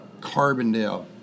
Carbondale